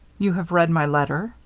you have read my letter?